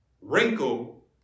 wrinkle